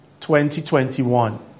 2021